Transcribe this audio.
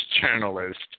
journalist